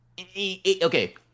Okay